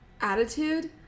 attitude